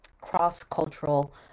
cross-cultural